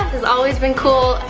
has always been cool,